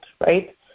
right